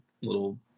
little